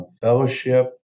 fellowship